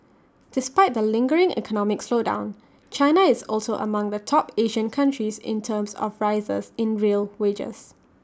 despite the lingering economic slowdown China is also among the top Asian countries in terms of rises in real wages